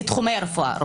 מתחומי הרפואה.